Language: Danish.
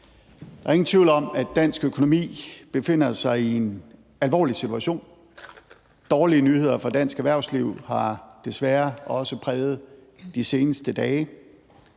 Der er ingen tvivl om, at dansk økonomi befinder sig i en alvorlig situation. Dårlige nyheder for dansk erhvervsliv har desværre også præget de seneste dage.